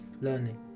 learning